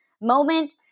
moment